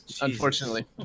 unfortunately